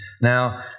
Now